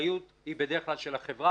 האחריות היא בדרך כלל של החברה,